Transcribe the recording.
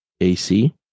ac